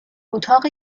اتاق